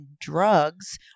drugs